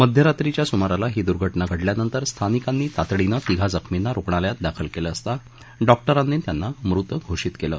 मध्यरात्रीच्या सुमारास ही दुर्घटना घडल्यानंतर स्थानिकांनी तातडीनं तिघा जखर्मीना रुग्णालयात दाखल केलं असता डॉक्टरांनी तपासून त्यांना मृत घोषीत केलं